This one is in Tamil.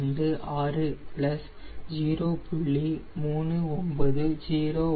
XNP 0